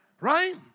right